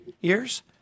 years